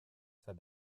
said